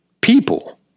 people